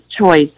choice